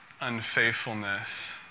unfaithfulness